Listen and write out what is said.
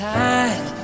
time